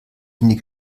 linie